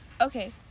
Okay